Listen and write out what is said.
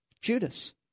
Judas